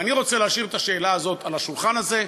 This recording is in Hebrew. ואני רוצה להשאיר את השאלה הזאת על השולחן זה,